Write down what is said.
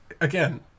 again